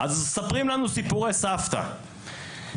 מספרים לנו סיפורי סבתא.